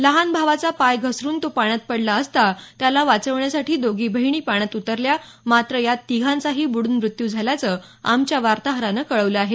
लहान भावाचा पाय घसरुन तो पाण्यात पडला असता त्याला वाचवण्यासाठी दोघी बहिणी पाण्यात उतरल्या मात्र यात तिघांचाही बुडून मृत्यू झाल्याचं आमच्या वार्ताहरानं कळवलं आहे